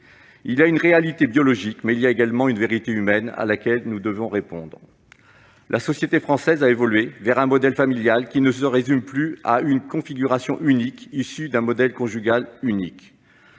Il y a une réalité biologique, mais il y a également une vérité humaine à laquelle nous devons répondre. La société française a évolué vers un modèle familial qui ne se résume plus à une configuration unique, issue d'un modèle conjugal unique.